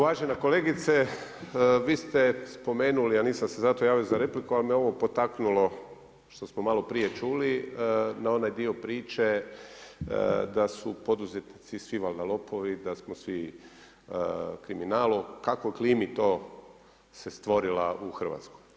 Evo uvažena kolegice, vi ste spomenuli, ali nisam se zato javio na repliku, ali me ovo potaknulo što smo malo prije čuli na onaj dio priče da su poduzetnici svi valjda lopovi, da smo svi kriminalu kakva klima to se stvorila u Hrvatskoj.